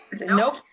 Nope